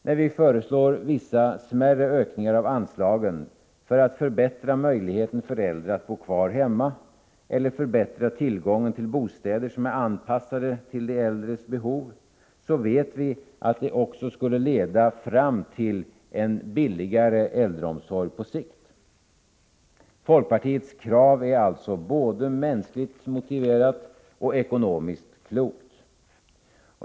När vi föreslår vissa smärre ökningar av anslagen för att förbättra möjligheten för äldre att bo kvar hemma eller förbättra tillgången till bostäder som är anpassade till de äldres behov, vet vi att det också skulle leda fram till en billigare äldreomsorg på sikt. Folkpartiets krav är alltså både mänskligt motiverat och ekonomiskt klokt.